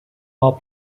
while